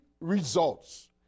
results